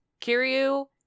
Kiryu